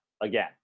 again